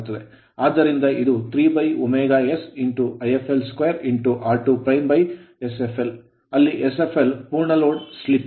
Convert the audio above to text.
ಆದ್ದರಿಂದ ಇದು 3ωs Ifl2 r2sfl ಅಲ್ಲಿ sfl ಪೂರ್ಣ load ಲೋಡ್ slip ಸ್ಲಿಪ್